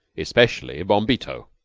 especially bombito.